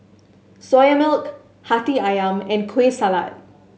Soya Milk Hati Ayam and Kueh Salat